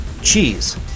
cheese